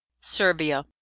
Serbia